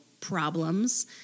problems